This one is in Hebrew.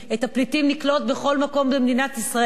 את הפליטים נקלוט בכל מקום במדינת ישראל,